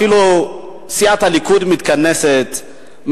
אפילו סיעת הליכוד מתכנסת,